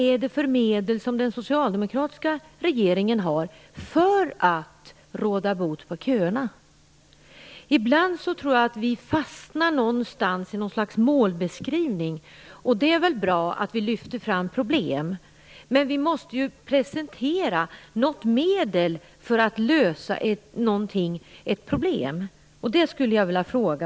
Ibland tror jag att vi fastnar i en slags målbeskrivning. Det är bra att vi lyfter fram problem. Men vi måste ju presentera något medel för att lösa dem.